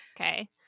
Okay